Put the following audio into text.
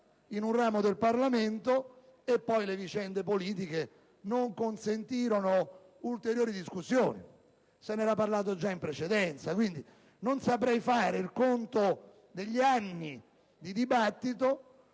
in un ramo del Parlamento, e poi le vicende politiche non consentirono ulteriori discussioni. Se n'era già parlato in precedenza, quindi non saprei fare il conto degli anni di dibattito